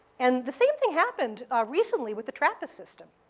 and the same thing happened recently with the trappist system.